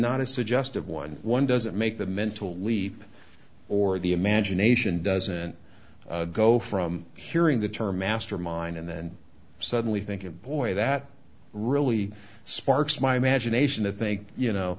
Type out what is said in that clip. not a suggestive one one doesn't make the mental leap or the imagination doesn't go from hearing the term mastermind and then suddenly thinking boy that really sparks my imagination to think you know